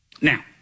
Now